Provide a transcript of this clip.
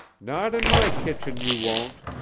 not in my kitchen you won't,